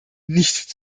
nicht